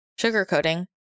sugarcoating